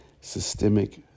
systemic